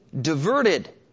diverted